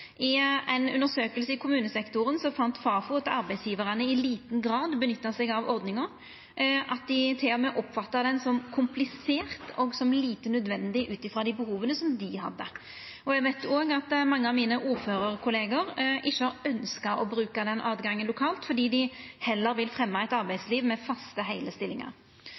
I ei undersøking i kommunesektoren fann Fafo at arbeidsgjevarane i liten grad nytta seg av ordninga, og at dei til og med oppfatta ho som komplisert og lite nødvendig ut frå dei behova dei hadde. Eg veit òg at mange av mine ordførarkollegaer ikkje har ønskt å bruka den åtgangen lokalt, fordi dei heller vil fremja eit arbeidsliv med faste, heile stillingar.